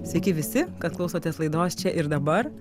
sveiki visi kad klausotės laidos čia ir dabar